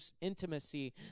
intimacy